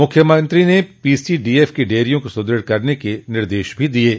मुख्यमंत्री ने पीसीडीएफ की डेयरियों को सुदृढ़ करने के निर्देश भी दिये हैं